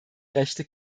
rechte